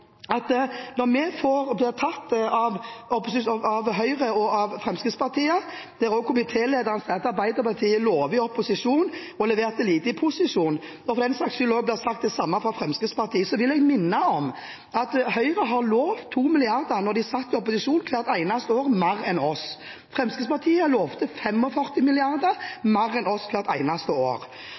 framtiden. Når komitélederen fra Høyre sier at Arbeiderpartiet lover i opposisjon, men leverte lite i posisjon – og det for den saks skyld blir sagt det samme fra Fremskrittspartiet – vil jeg minne om at Høyre lovet 2 mrd. kr mer enn oss hvert eneste år